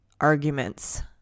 arguments